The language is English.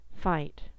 fight